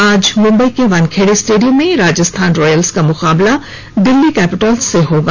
आज मुम्बई के वानखेडे स्टेडियम में राजस्थान रॉयल्स का मुकाबला दिल्ली कैपिटल्स से होगा